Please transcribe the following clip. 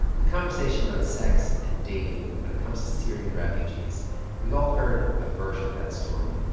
the conversation around sex and dating when it comes to syrian refugees we've all heard a version of that story.